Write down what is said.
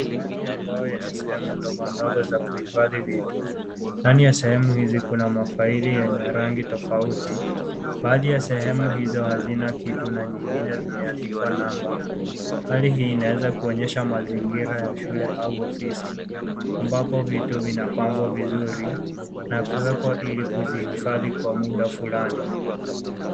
Kabati ya mbao yenye sehemu ndogo, ndogo za kuhifadhi vitu. Ndani ya sehemu hizi kuna faili yenye rangi tofauti. Baadhi ya sehemu hizo hazina kitu na nyingine zimeandikwa namba. Hali hii inaweza kuonyesha mazingira ya shule au ofisi ambapo vitu vinapangwa vizuri na kuwekwa ili kuzihifadhi kwa muda fulani.